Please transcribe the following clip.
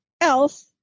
else